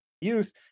youth